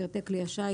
פרטי כלי השיט,